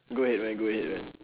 go ahead man go ahead man